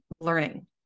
learning